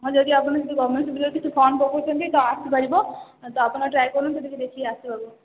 ହଁ ଯଦି ଆପଣ ଯଦି ଗମେଣ୍ଟ ସୁବିଧା କିଛି ଫର୍ମ ପକାଉଛନ୍ତି ତ ଆସିପାରିବ ତ ଆପଣ ଟ୍ରାଏ କରନ୍ତୁ ଟିକେ ଦେଖିକି ଆସିବାକୁ